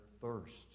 thirst